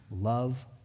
Love